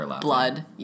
blood